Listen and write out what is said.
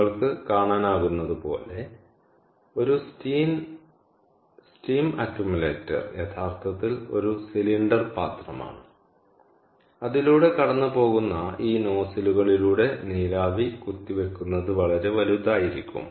നിങ്ങൾക്ക് കാണാനാകുന്നതുപോലെ ഒരു സ്റ്റീം അക്യുമുലേറ്റർ യഥാർത്ഥത്തിൽ ഒരു സിലിണ്ടർ പാത്രമാണ് അതിലൂടെ കടന്നുപോകുന്ന ഈ നോസിലുകളിലൂടെ നീരാവി കുത്തിവയ്ക്കുന്നത് വളരെ വലുതായിരിക്കും